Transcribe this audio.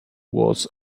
was